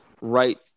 right